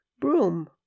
Broom